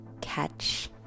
catch